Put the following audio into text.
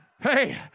Hey